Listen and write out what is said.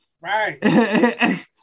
Right